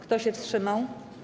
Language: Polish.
Kto się wstrzymał?